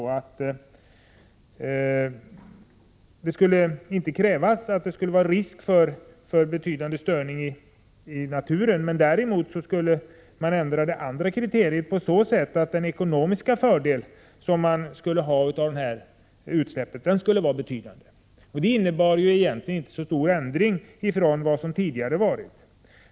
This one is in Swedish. Det skulle inte krävas att det förelåg risk för betydande störning i naturen. Däremot skulle det andra kriteriet ändras så, att den ekonomiska fördel som företaget hade av utsläppet skulle vara betydande. Det innebar egentligen inte så stor ändring i förhållande till vad som gällt tidigare.